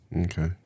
Okay